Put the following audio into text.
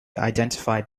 identified